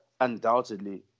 undoubtedly